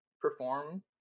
perform